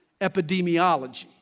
epidemiology